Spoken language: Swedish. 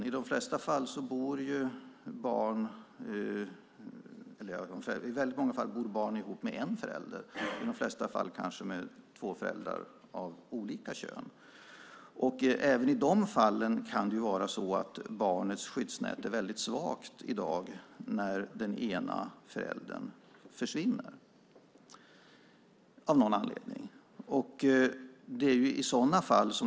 I väldigt många fall bor barn ihop med en förälder; i de flesta fall kanske två föräldrar av olika kön. Även i de fallen kan i dag barnets skyddsnät vara väldigt svagt när den ena föräldern av någon anledning försvinner.